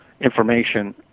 information